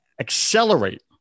accelerate